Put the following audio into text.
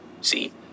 See